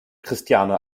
christiane